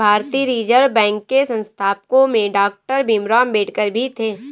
भारतीय reserve bank के संस्थापकों में डॉक्टर भीमराव अंबेडकर भी थे